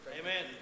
Amen